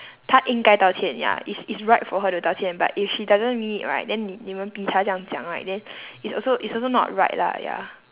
她应该道歉 ya it's it's right for her to 道歉 but if she doesn't mean it right then 你们逼她这样讲 right then it's also it's also not right lah ya